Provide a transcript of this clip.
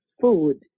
food